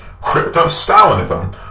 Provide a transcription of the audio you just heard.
crypto-Stalinism